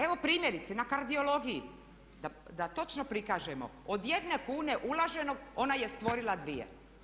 Evo primjerice na kardiologiji da točno prikažemo od jedne kune uloženog ona je stvorila dvije.